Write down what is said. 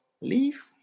leave